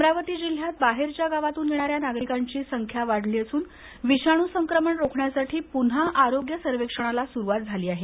अमरावती जिल्ह्यात बाहेरच्या गावातून येणाऱ्या नागरिकांची संख्या वाढली असून विषाणू संक्रमण रोखण्यासाठी पुन्हा आरोग्य सर्वेक्षणाला सुरुवात करण्यात आली आहे